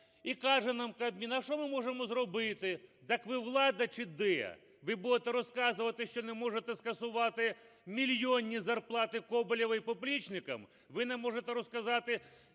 І каже нам Кабмін: а що ми можемо зробити? Так, ви – влада чи де? Ви будете розказувати, що не можете скасувати мільйонні зарплати Коболєва і поплічникам? Ви не можете розказати